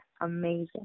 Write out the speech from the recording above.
amazing